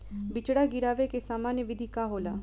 बिचड़ा गिरावे के सामान्य विधि का होला?